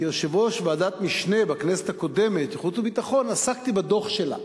כיושב-ראש ועדת משנה בכנסת הקודמת של ועדת חוץ וביטחון עסקתי בדוח שלה,